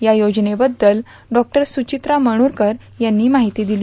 या योजनेबद्दल डॉ सुचित्रा मनुरकर यांनी माहिती दिली